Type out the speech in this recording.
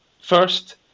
First